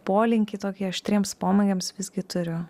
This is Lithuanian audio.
polinkį tokį aštriems pomėgiams visgi turiu